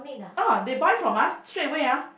ah they buy from us straightaway ah